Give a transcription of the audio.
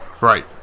Right